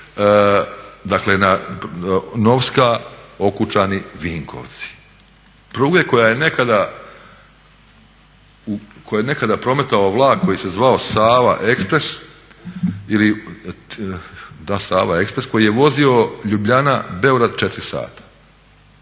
pruge Novska-Okučani-Vinkovci. Pruge kojom je nekada prometovao vlak koji se zvao Sava ekspres koji je vozio Ljubljana-Beograd 4 sata.